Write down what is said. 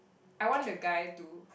I want the guy to